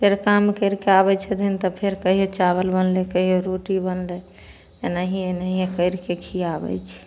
फेर काम करिके आबै छथिन तऽ फेर कहियो चावल बनलै कहियो रोटी बनलै एनाहिए एनाहिए करिके खियाबै छी